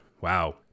Wow